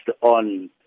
on